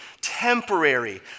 temporary